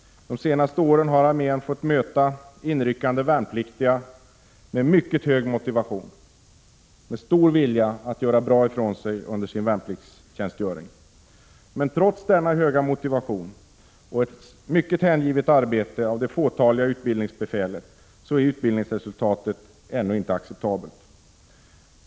De senaste åren har armén fått möta inryckande värnpliktiga med mycket hög motivation och med stor vilja att göra bra ifrån sig under sin värnpliktstjänstgöring. Men trots denna höga motivation och ett mycket hängivet arbete av det fåtaliga utbildningsbefälet är utbildningsresultatet ännu inte acceptabelt.